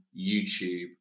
YouTube